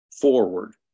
forward